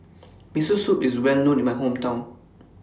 Miso Soup IS Well known in My Hometown